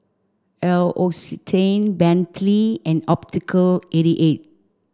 L'Occitane Bentley and Optical eighty eight